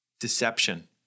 Deception